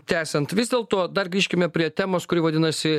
tęsiant vis dėlto dar grįžkime prie temos kuri vadinasi